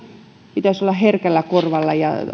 pitäisi olla herkällä korvalla ja